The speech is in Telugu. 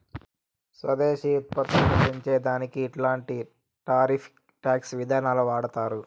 స్వదేశీ ఉత్పత్తులని పెంచే దానికి ఇట్లాంటి టారిఫ్ టాక్స్ విధానాలు వాడతారు